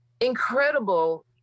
incredible